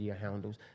handles